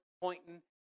pointing